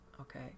okay